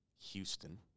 Houston